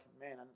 man